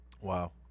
Wow